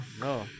no